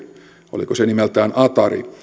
oliko se nimeltään atari